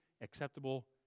acceptable